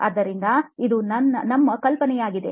ಆದ್ದರಿಂದ ಇದು ನಮ್ಮ ಕಲ್ಪನೆಯಾಗಿದೆ